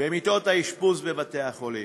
האשפוז בבתי-החולם,